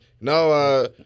No